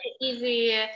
easy